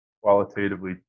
qualitatively